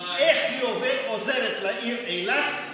איך היא עוזרת לעיר אילת,